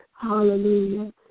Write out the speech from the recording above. Hallelujah